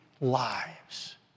lives